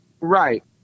Right